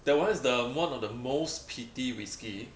that one is the one of the most peated whisky